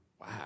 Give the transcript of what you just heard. wow